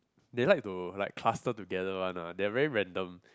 they like to like cluster together one lah they are very random